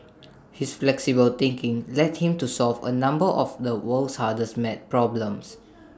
his flexible thinking led him to solve A number of the world's hardest math problems